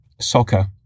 soccer